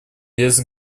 без